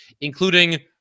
including